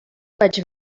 vaig